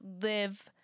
live